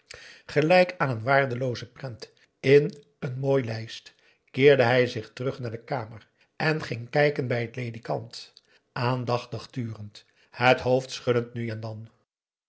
gelijk aan een waardelooze prent in n mooie lijst keerde hij terug naar de kamer en ging kijken bij het ledikant aandachtig turend het hoofd schuddend nu en dan